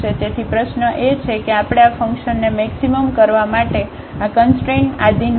તેથી પ્રશ્નો એ છે કે આપણે આ ફંકશનને મેક્સિમમ કરવા માટે આ કંસટ્રેનને આધીન હોઈએ છીએ